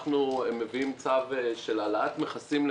אנחנו למעשה מביאים צו של העלאת מכסים.